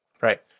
Right